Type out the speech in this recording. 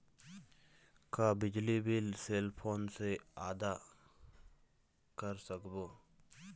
का बिजली bill cell phone से आदा कर सकबो?